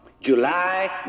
July